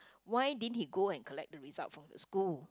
why didn't he go and collect the result from the school